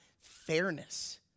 fairness